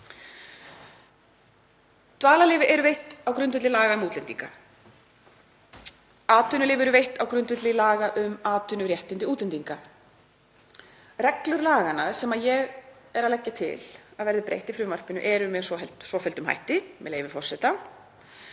Dvalarleyfi eru veitt á grundvelli laga um útlendinga. Atvinnuleyfi eru veitt á grundvelli laga um atvinnuréttindi útlendinga. Reglur laganna sem ég er að leggja til að verði breytt í frumvarpinu eru með svofelldum hætti, með leyfi forseta,